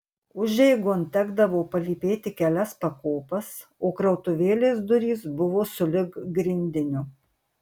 užeigon tekdavo palypėti kelias pakopas o krautuvėlės durys buvo sulig grindiniu